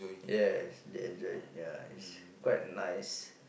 yes they enjoyed yeah it's quite nice